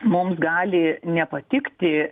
mums gali nepatikti